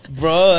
bro